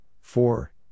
four